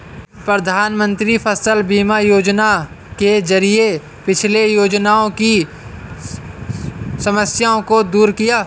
प्रधानमंत्री फसल बीमा योजना के जरिये पिछली योजनाओं की खामियों को दूर किया